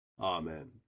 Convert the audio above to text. Amen